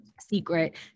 secret